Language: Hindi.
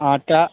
आँटा